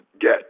get